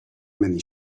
many